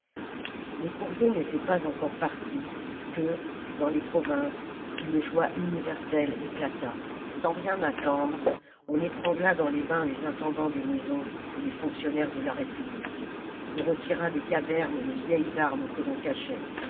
les courriers n'étaient pas encore partis que dans les provinces une joie universelle éclata sans rien attendre on étrangla dans les bains les intendants des maisons et les fonctionnaires de la république on retira des cavernes les vieilles armes que l'on cachait